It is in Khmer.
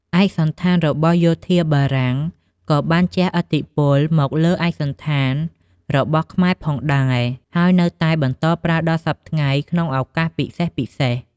ឯកសណ្ឋានរបស់យោធាបារាំងក៏បានជះឥទ្ធិពលមកលើឯកសណ្ឋានរបស់ខ្មែរផងដែរ ហើយនៅតែបន្តប្រើដល់សព្វថ្ងៃក្នុងឱកាសពិសេសៗ។